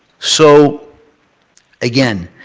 so again,